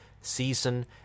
season